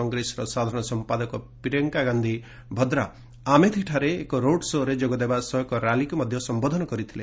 କଂଗ୍ରେସର ସାଧାରଣ ସମ୍ପାଦକ ପ୍ରିୟଙ୍କା ଗାନ୍ଧି ଭାଦ୍ରା ଆମେଠିରେ ଏକ ରୋଡ ଶୋ'ରେ ଯୋଗଦେବା ସହ ଏକ ର୍ୟାଲିକୁ ସମ୍ବୋଧନ କରିଥିଲେ